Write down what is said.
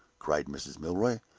cried mrs. milroy.